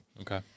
Okay